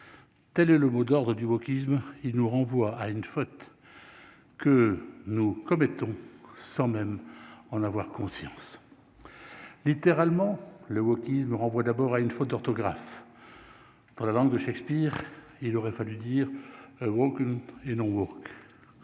telle est le mot d'ordre du wokisme il nous renvoie à une faute que nous commettons sans même en avoir conscience, littéralement le wokisme renvoie d'abord à une faute d'orthographe dans la langue de Shakespeare, il aurait fallu dire que nous, et non au